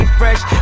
fresh